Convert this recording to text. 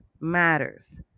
matters